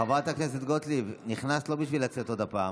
חברת הכנסת גוטליב, נכנסת לא בשביל לצאת עוד הפעם.